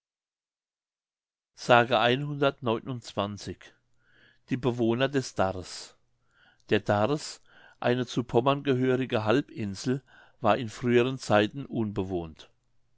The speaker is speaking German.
die bewohner des darß der darß eine zu pommern gehörige halbinsel war in früheren zeiten unbewohnt